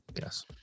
Yes